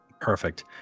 Perfect